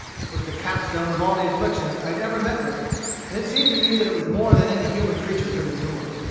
it was the capstone of all the afflictions i had ever met with and it seemed to me that it was more than any human creature could endure.